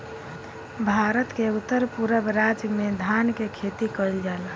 भारत के उत्तर पूरब राज में धान के खेती कईल जाला